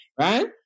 right